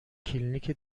کلینیک